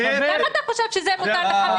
למה אתה חושב שזה מותר לך?